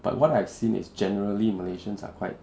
but what I've seen is generally malaysian's are quite